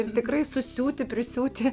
ir tikrai susiūti prisiūti